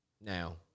now